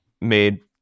made